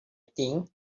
think